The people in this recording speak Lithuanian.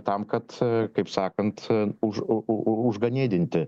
tam kad kaip sakant už u u u užganėdinti